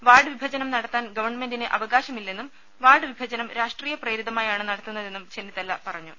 ward വിഭജനം നടത്താൻ ഗവൺമെന്റിന് അവകാശമില്ലെന്നും വാർഡ് വിഭജനം രാഷ്ട്രീയ പ്രേരിതമായാണ് നടത്തുന്നതെന്നും ചെന്നിത്തല പറഞ്ഞു